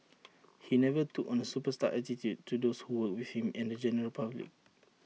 he never took on A superstar attitude to those who worked with him and the general public